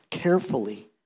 Carefully